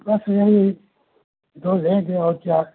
बस यही दो लेंगे और क्या